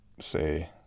say